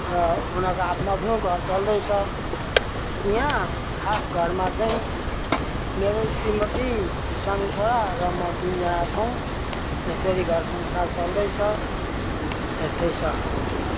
र उनीहरूको आफ्नो आफ्नो घर चल्दैछ यहाँ खास घरमा चाहिँ मेरै श्रीमती सानो छोरा र म तिनजाना छौँ र यसरी घर संसार चल्दैछ यस्तै छ अवस्था